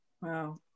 wow